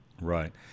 Right